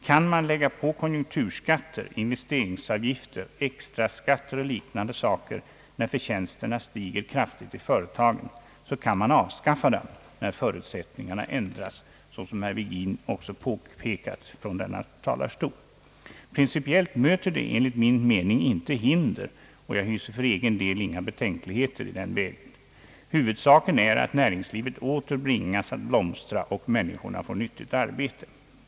Kan man lägga på konjunkturskatter, investeringsavgifter, extraskatter och liknande saker, när förtjänsterna stiger kraftigt i företagen, så kan man avskaffa dem när förutsättningarna ändras, såsom herr Virgin också påpekat från denna talarstol. Principiellt möter det enligt min mening inga hinder, och jag hyser för min del inga betänkligheter i den vägen. Huvudsaken är att näringslivet åter bringas att blomstra och att människorna får nyttigt arbete.